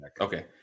okay